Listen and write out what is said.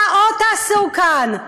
מה עוד תעשו כאן?